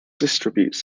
distributes